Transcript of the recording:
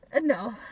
No